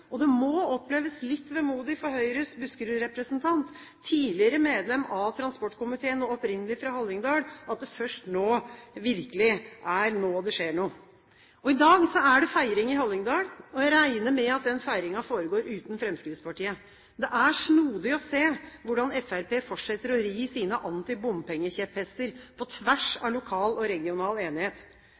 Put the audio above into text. Det må oppleves litt vemodig for Høyres Buskerud-representant, tidligere medlem av transportkomiteen og opprinnelig fra Hallingdal, at det er først nå det virkelig skjer noe. I dag er det feiring i Hallingdal. Jeg regner med at den feiringen foregår uten Fremskrittspartiet. Det er snodig å se hvordan Fremskrittspartiet fortsetter å ri sine antibompengekjepphester på tvers av lokal og regional enighet.